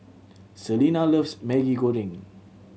Celena loves Maggi Goreng